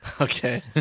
okay